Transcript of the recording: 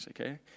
okay